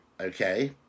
okay